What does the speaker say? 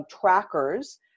trackers